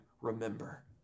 remember